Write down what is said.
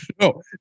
No